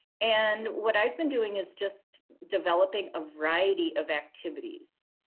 and what i've been doing is just developing a variety of activities.